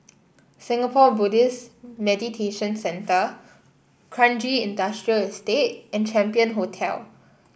Singapore Buddhist Meditation Centre Kranji Industrial Estate and Champion Hotel